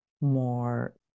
more